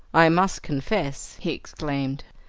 i must confess, he exclaimed,